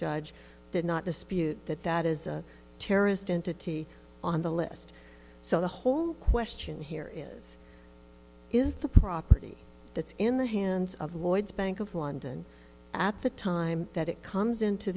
judge did not dispute that that is a terrorist entity on the list so the whole question here is is the property that's in the hands of lloyds bank of london at the time that it comes into